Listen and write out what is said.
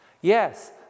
Yes